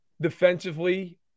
defensively